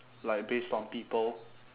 like based on people